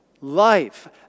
life